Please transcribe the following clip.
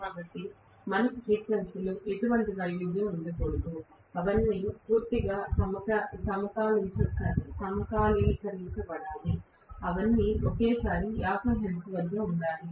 కాబట్టి మనకు ఫ్రీక్వెన్సీలో ఎటువంటి వైవిధ్యం ఉండకూడదు అవన్నీ పూర్తిగా సమకాలీకరించబడాలి అవన్నీ ఒకేసారి 50 హెర్ట్జ్ వద్ద ఉండాలి